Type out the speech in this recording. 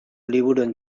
liburuen